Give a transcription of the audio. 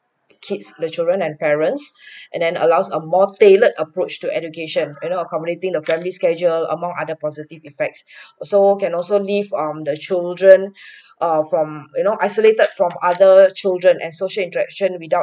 kids the children and parents and then allows a more tailored approach to education you know accommodating the family's schedule among other positive effects also can also leave um the children err from you know isolated from other children and social interaction without